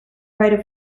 right